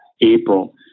April